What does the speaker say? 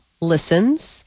listens